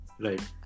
right